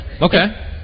Okay